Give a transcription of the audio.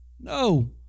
no